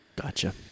Gotcha